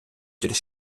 через